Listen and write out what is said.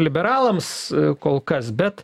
liberalams kol kas bet